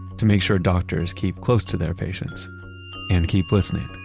to make sure doctors keep close to their patients and keep listening